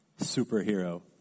superhero